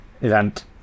event